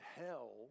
hell